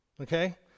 okay